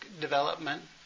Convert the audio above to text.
development